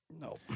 no